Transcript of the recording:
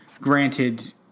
Granted